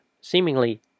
seemingly